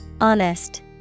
Honest